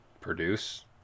produce